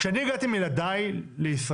כשאני הגעתי עם ילדיי לישראל,